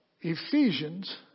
Ephesians